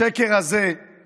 השקר הזה הוא